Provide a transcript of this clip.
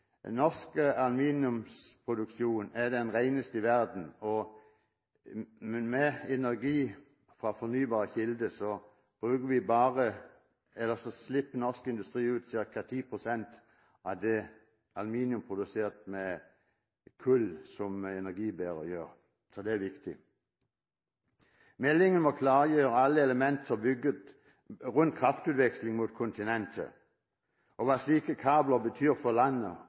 Norsk aluminiumsproduksjon er den reneste i verden. Med energi fra fornybare kilder slipper norsk industri ut ca. 10 pst. av det aluminium produsert med kull som energibærer gjør, så det er viktig. Meldingen må klargjøre alle elementer rundt kraftutveksling mot kontinentet og hva slike kabler betyr for landet